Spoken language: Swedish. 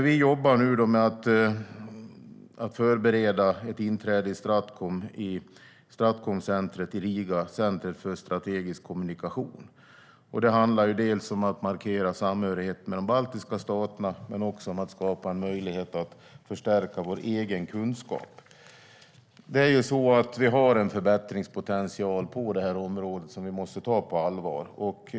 Vi jobbar nu med att förbereda ett inträde i Stratcom i Riga, centret för strategisk kommunikation. Det handlar om att markera samhörighet med de baltiska staterna men också om att skapa en möjlighet att förstärka vår egen kunskap. Vi har en förbättringspotential på det här området som vi måste ta på allvar.